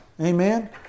Amen